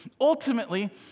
ultimately